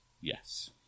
Yes